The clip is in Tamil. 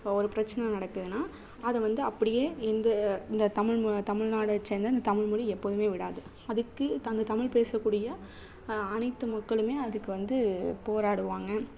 இப்போ ஒரு பிரச்சனை நடக்குதுன்னா அதை வந்து அப்படியே இந்த இந்த தமிழ் மொ தமிழ்நாட சேர்ந்த தமிழ் மொழி எப்போதுமே விடாது அதுக்கு தங்கள் தமிழ் பேசக்கூடிய அனைத்து மக்களுமே அதுக்கு வந்து போராடுவாங்க